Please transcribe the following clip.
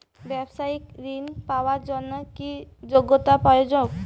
ব্যবসায়িক ঋণ পাওয়ার জন্যে কি যোগ্যতা প্রয়োজন?